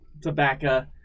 tobacco